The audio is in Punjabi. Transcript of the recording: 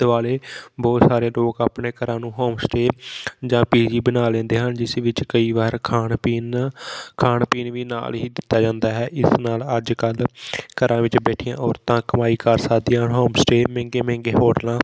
ਦੁਆਲੇ ਬਹੁਤ ਸਾਰੇ ਲੋਕ ਆਪਣੇ ਘਰਾਂ ਨੂੰ ਹੋਮ ਸਟੇਅ ਜਾਂ ਪੀਜੀ ਬਣਾ ਲੈਂਦੇ ਹਨ ਜਿਸ ਵਿੱਚ ਕਈ ਵਾਰ ਖਾਣ ਪੀਣ ਖਾਣ ਪੀਣ ਵੀ ਨਾਲ ਹੀ ਦਿੱਤਾ ਜਾਂਦਾ ਹੈ ਇਸ ਨਾਲ ਅੱਜ ਕੱਲ੍ਹ ਘਰਾਂ ਵਿੱਚ ਬੈਠੀਆਂ ਔਰਤਾਂ ਕਮਾਈ ਕਰ ਸਕਦੀਆਂ ਹਨ ਹੋਮ ਸਟੇਅ ਮਹਿੰਗੇ ਮਹਿੰਗੇ ਹੋਟਲਾਂ